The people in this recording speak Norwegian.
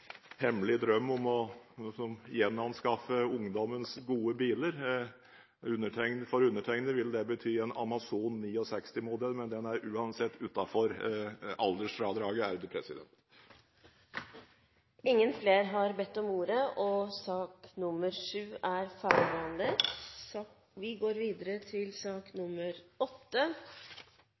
hemmelig drøm om å gjenanskaffe ungdommens gode biler. For undertegnede ville det betydd en Amazon 69-modell, men den er uansett utenfor aldersfradraget! Flere har ikke bedt om ordet til sak